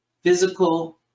physical